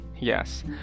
Yes